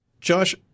Josh